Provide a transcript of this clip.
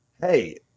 Hey